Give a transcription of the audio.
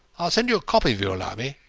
i'll send you a copy if you will allow me.